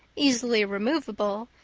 easily removable,